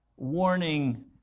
warning